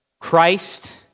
Christ